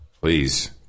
Please